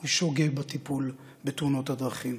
הוא שוגה בטיפול בתאונות הדרכים.